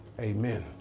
Amen